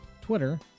Twitter